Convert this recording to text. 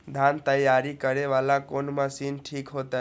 धान तैयारी करे वाला कोन मशीन ठीक होते?